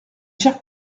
chers